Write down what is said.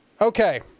Okay